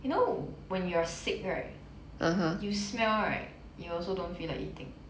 you know when you're sick right you smell right you also don't feel like eating